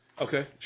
Okay